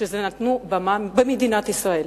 שנתנו במה במדינת ישראל,